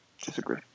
disagree